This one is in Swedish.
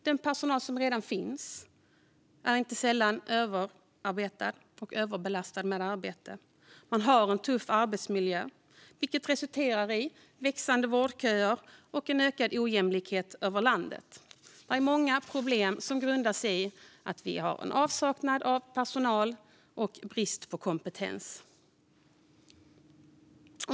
Den personal som finns är inte sällan överbelastad med arbete och har en tuff arbetsmiljö, vilket resulterar i växande vårdköer och ökad ojämlikhet över landet. Många problem grundar sig i avsaknad av personal och brist på kompetens.